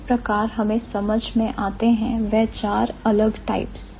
इस प्रकार हमें समझ में आते हैं वह 4 अलग टाइप्स